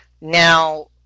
Now